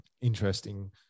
Interesting